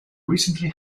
recently